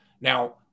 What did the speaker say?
Now